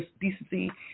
decency